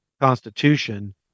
Constitution